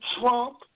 Trump